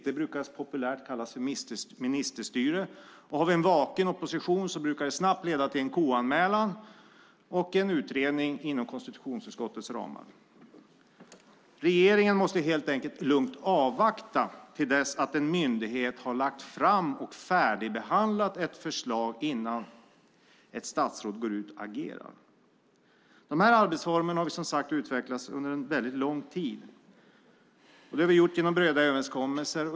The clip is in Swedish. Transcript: Det kallas populärt ministerstyre, och har vi en vaken opposition brukar det snabbt leda till en KU-anmälan och en utredning inom konstitutionsutskottets ramar. Regeringen måste helt enkelt lugnt avvakta till dess att en myndighet har lagt fram och färdigbehandlat ett förslag innan ett statsråd går ut och agerar. De här arbetsformerna har vi som sagt utvecklat under en väldigt lång tid, och det har vi gjort genom breda överenskommelser.